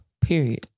Period